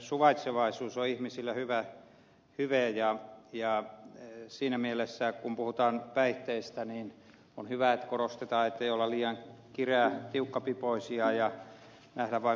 suvaitsevaisuus on ihmisillä hyvä hyve ja siinä mielessä kun puhutaan päihteistä on hyvä että korostetaan että ei olla liian tiukkapipoisia ja nähdä vain pahaa